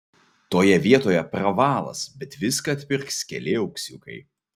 toje vietoje pravalas bet viską atpirks keli auksiukai